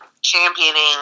championing